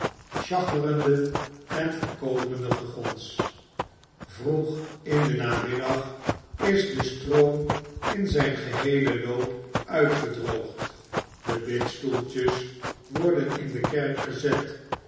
schacherende en verkoopende gegons vroeg in den namiddag is de stroom in zijn geheelen loop uitgedroogd de bidstoeltjes women in de kerk gezet